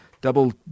double